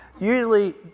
Usually